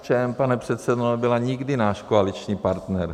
KSČM, pane předsedo, nebyla nikdy náš koaliční partner.